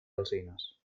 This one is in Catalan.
alzines